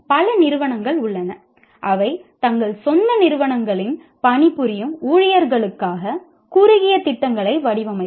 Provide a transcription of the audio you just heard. பல நிறுவனங்கள் உள்ளன அவை தங்கள் சொந்த நிறுவனங்களின் பணிபுரியும் ஊழியர்களுக்காக குறுகிய திட்டங்களை வடிவமைக்கும்